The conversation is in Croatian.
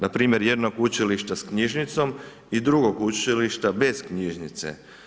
Npr. jednog učilišta s knjižnicom i drugog učilišta bez knjižnice.